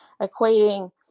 equating